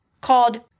called